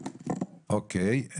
אוקיי.